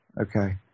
Okay